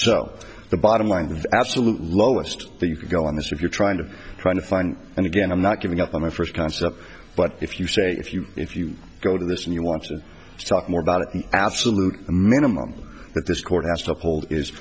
so the bottom line is absolute lowest that you could go on this if you're trying to trying to find and again i'm not giving up on my first concept but if you say if you if you go to this and you want to talk more about it an absolute minimum that this